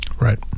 Right